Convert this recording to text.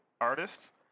artists